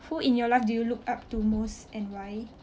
who in your life do you look up to most and why